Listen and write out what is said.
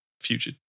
future